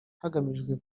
hagamijwe